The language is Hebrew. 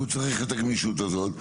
והוא צריך את הגמישות הזה.